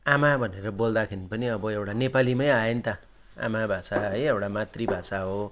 आमा भनेर बोल्दाखेरि पनि अब एउटा नेपालीमै आयो नि त आमा भाषा है एउटा मातृ भाषा हो